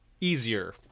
easier